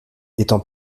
étant